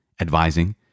advising